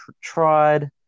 tried